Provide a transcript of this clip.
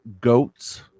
Goats